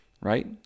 right